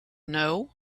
know